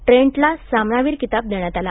ट्रेंटला सामनावीर किताब देण्यात आला